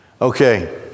Okay